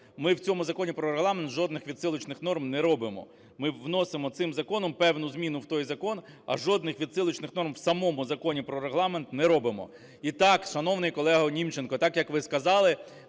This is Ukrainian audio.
Ми в цьому Законі про Регламент жодних відсилочних норм не робимо. Ми вносимо цим законом певну зміну в той закон, а жодних відсилочних норм у самому Законі про Регламент не робимо. І так, шановний колего Німченко, так, як ви сказали,